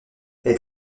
elle